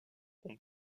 ont